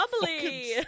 bubbly